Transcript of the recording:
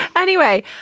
anyway.